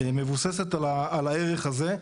מבוססת על הערך הזה.